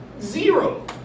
Zero